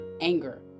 anger